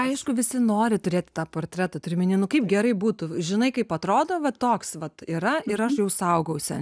aišku visi nori turėti tą portretą turiu omeny nu kaip gerai būtų žinai kaip atrodo va toks vat yra ir aš jau saugausi